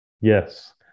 Yes